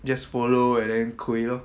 just follow and then 亏 lor